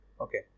okay